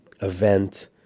event